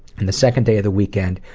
and the second day of the weekend,